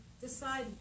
decide